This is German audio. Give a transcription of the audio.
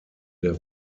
der